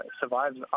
survives